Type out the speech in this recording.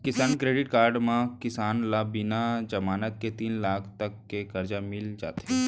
किसान credit card म किसान ल बिना जमानत के तीन लाख तक के करजा मिल जाथे